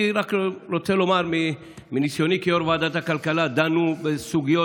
אני רק רוצה לומר מניסיוני כיו"ר ועדת הכלכלה: דנו בסוגיות,